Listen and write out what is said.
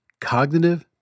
Cognitive